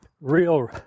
real